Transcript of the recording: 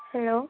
hello